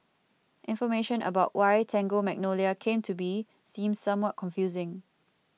information about why Tango Magnolia came to be seems somewhat confusing